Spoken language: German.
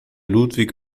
ludwig